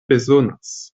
bezonas